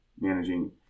managing